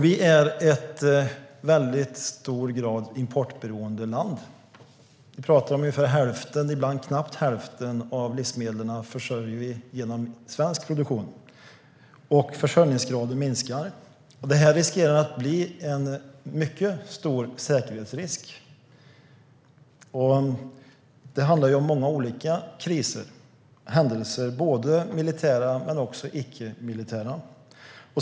Vi är i hög grad ett importberoende land. Vi talar om att ungefär hälften eller knappt hälften av livsmedelsförsörjningen sker genom svensk produktion. Och försörjningsgraden minskar. Detta riskerar att bli en mycket stor säkerhetsrisk. Det handlar om många olika kriser och händelser, både militära och icke militära.